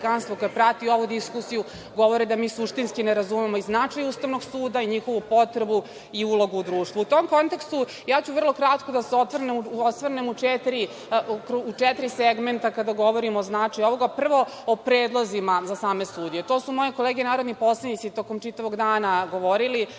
koje prati ovu diskusiju, govore da mi suštinski ne razumemo i značaj Ustavnog suda i njihovu potrebu i ulogu u društvu.U tom kontekstu, ja ću vrlo kratko da se osvrnem u četiri segmenta kada govorimo o značaju ovoga. Prvo o predlozima za same sudije. To su moje kolege narodni poslanici tokom čitavog dana govorili,